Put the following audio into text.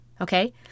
okay